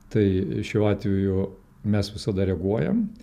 tai šiuo atveju mes visada reaguojam